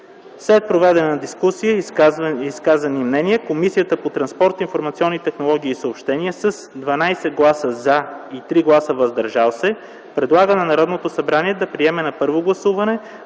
След проведената дискусия и изказаните мнения, Комисията по транспорт, информационни технологии и съобщения с 12 гласа “за” и 3 гласа “въздържали се” предлага на Народното събрание да приеме на първо гласуване